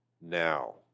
Now